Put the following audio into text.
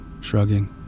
shrugging